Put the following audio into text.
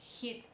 hit